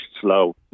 slow